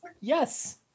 yes